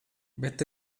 bet